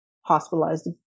hospitalized